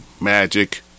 Magic